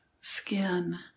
skin